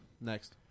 Next